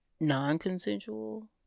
non-consensual